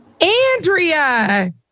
Andrea